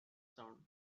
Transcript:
sound